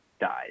died